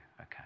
Okay